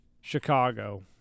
Chicago